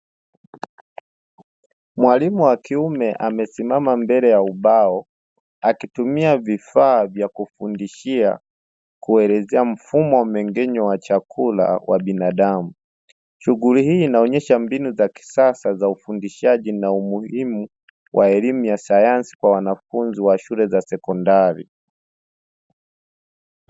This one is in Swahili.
Mwalimu wa kiume amesimama mbele ya ubao akitumia vifaa vya kufundishia kuelezea mfumo wa mneng'enyo wa chakula wa binadamu, shughuli hii inaonesha mbinu za kisasa za ufundishaji na umuhimu wa elimu ya sayansi kwa wanafunzi wa shule za sekondari.